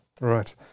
right